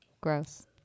Gross